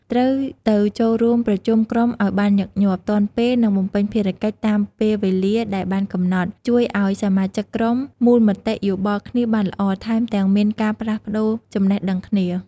ត្រូវទៅចូលរួមប្រជុំក្រុមឱ្យបានញឹកញាប់ ទាន់ពេល និងបំពេញភារកិច្ចតាមពេលវេលាដែលបានកំណត់ ជួយឱ្យសមាជិកក្រុមមូលមតិយោបល់គ្នាបានល្អ ថែមទាំងមានការផ្លាស់ប្តូចំណេះដឹងគ្នា។